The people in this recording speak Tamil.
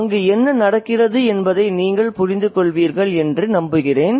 அங்கு என்ன நடக்கிறது என்பதை நீங்கள் புரிந்துகொள்வீர்கள் என்று நம்புகிறேன்